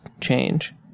change